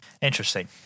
Interesting